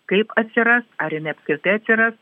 kaip atsiras ar jinai apskritai atsiras